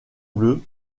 bleus